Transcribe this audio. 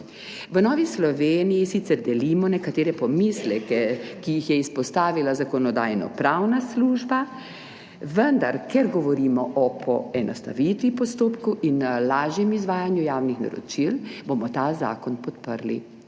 V Novi Sloveniji sicer delimo nekatere pomisleke, ki jih je izpostavila Zakonodajno-pravna služba, vendar ker govorimo o poenostavitvi postopkov in lažjem izvajanju javnih naročil, bomo ta zakon podprli.